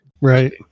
right